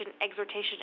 exhortation